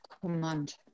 command